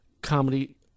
comedy